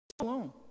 alone